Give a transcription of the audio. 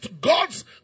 God's